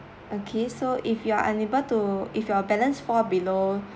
okay so if you're unable to if your balance fall below